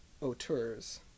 auteurs